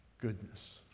goodness